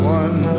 one